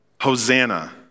Hosanna